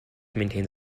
maintains